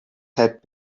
had